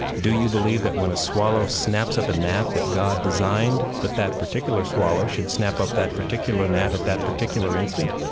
do you believe that when a swallow snaps up a gnat that god designed that that particular swallow should snap up that particular gnat at that particular instant?